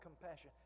compassion